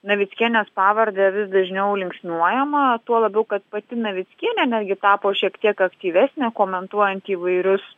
navickienės pavardę vis dažniau linksniuojamą tuo labiau kad pati navickienė netgi tapo šiek tiek aktyvesnė komentuojant įvairius